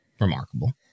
remarkable